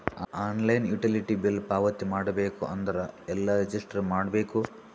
Online utility bill ಪಾವತಿ ಮಾಡಬೇಕು ಅಂದ್ರ ಎಲ್ಲ ರಜಿಸ್ಟರ್ ಮಾಡ್ಬೇಕು?